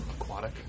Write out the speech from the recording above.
aquatic